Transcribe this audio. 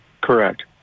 Correct